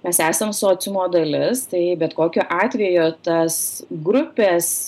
mes esam sociumo dalis tai bet kokiu atveju tas grupės